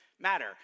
matter